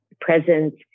presence